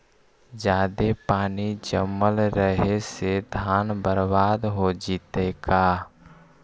जादे पानी जमल रहे से धान बर्बाद हो जितै का?